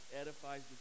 edifies